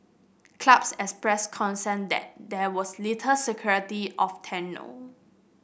clubs expressed concern that there was little security of tenure